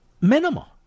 Minimal